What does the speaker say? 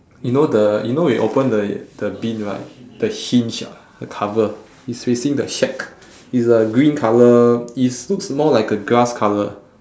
you know the you know you open the the bin right the hinge ah the cover is facing the shack it's a green colour is looks more like a grass colour